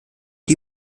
die